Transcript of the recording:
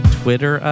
twitter